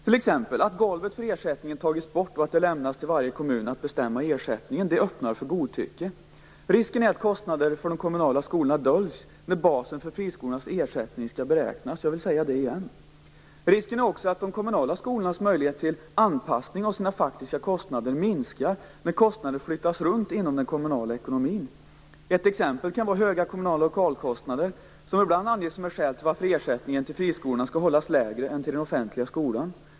Golvet för ersättning har t.ex. tagits bort. Det lämnas åt varje kommun att bestämma ersättningen. Det öppnar för godtycke. Risken är att kostnader för de kommunala skolorna döljs när basen för friskolornas ersättning skall beräknas - jag vill säga det igen. Risken är också att de kommunala skolornas möjlighet till anpassning av sina faktiska kostnader minskar när kostnader flyttas runt inom den kommunala ekonomin. Ett exempel kan vara höga kommunala lokalkostnader, något som ibland anges som ett skäl till ersättningen, alltså ersättningen per elev, till friskolorna skall hållas lägre än till den offentliga skolan.